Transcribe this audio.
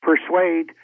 persuade